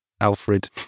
Alfred